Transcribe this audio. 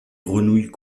grenouilles